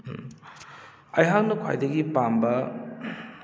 ꯎꯝ ꯑꯩꯍꯥꯛꯅ ꯈ꯭ꯋꯥꯏꯗꯒꯤ ꯄꯥꯝꯕ